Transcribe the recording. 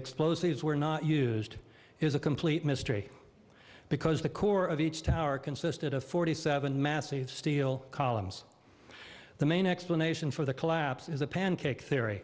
explosives were not used is a complete mystery because the core of each tower consisted of forty seven massive steel columns the main explanation for the collapse is a pancake theory